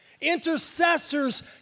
Intercessors